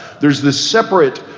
there is this separate